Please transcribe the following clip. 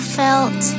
felt